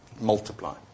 multiply